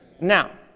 Now